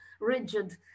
rigid